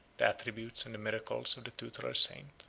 the attributes, and the miracles of the tutelar saint.